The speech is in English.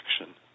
action